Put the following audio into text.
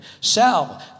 Sal